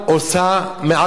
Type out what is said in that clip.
שלא יספרו סיפורים.